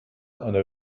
eine